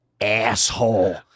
asshole